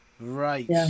Right